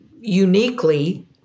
uniquely